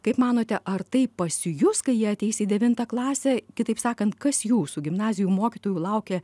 kaip manote ar tai pasijus kai jie ateis į devintą klasę kitaip sakant kas jūsų gimnazijų mokytojų laukia